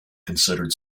considered